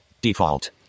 default